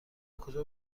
کجا